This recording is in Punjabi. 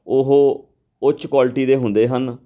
ਉਹ ਉੱਚ ਕੁਆਲਿਟੀ ਦੇ ਹੁੰਦੇ ਹਨ